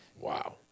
Wow